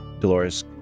Dolores